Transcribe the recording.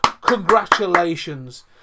congratulations